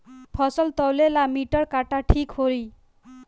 फसल तौले ला मिटर काटा ठिक होही?